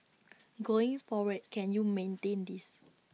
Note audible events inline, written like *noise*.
*noise* going forward *noise* can you maintain this